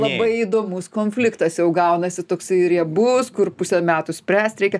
labai įdomus konfliktas jau gaunasi toksai riebus kur pusę metų spręst reikia